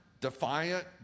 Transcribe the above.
defiant